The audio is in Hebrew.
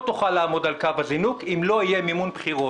תוכל לעמוד על קו הזינוק אם לא יהיה מימון בחירות.